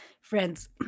Friends